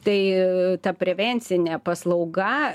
tai prevencinė paslauga